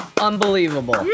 Unbelievable